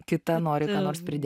kita nori ką nors pridėti